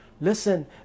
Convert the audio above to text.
listen